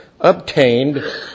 obtained